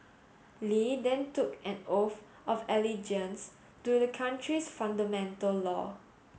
Li then took an oath of allegiance to the country's fundamental law